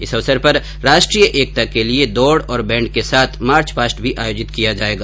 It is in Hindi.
इस अवसर पर राष्ट्रीय एकता के लिए दौड़ और बैण्ड के साथ मार्चपास्ट भी आयोजित किया जायेगा